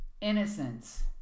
Innocence